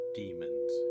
demons